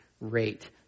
rate